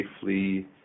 safely